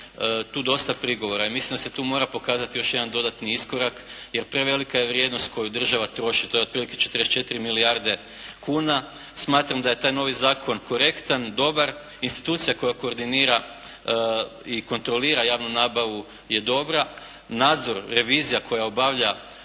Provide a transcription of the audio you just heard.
tu dosta prigovora i mislim da se tu mora pokazati još jedan dodatni iskorak jer prevelika je vrijednost koju država troši. To je otprilike 44 milijarde kuna. Smatram da je taj novi zakon korektan, dobar. Institucija koja koordinira i kontrolira javnu nabavu je dobra, nadzor, revizija koja obavlja